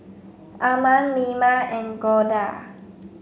Arman Mima and Goldia